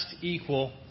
equal